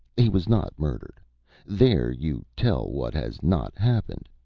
he was not murdered there you tell what has not happened.